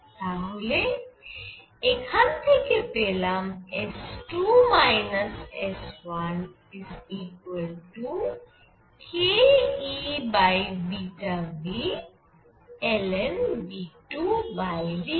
তাহলে এখানে থেকে পেলাম S2 S1kEβνln⁡V2V1